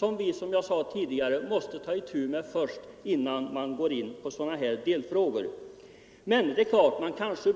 Dem måste vi, som jag sade tidigare, ta itu med först innan vi går in på delfrågorna. Men jag bör kanske